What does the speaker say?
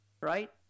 right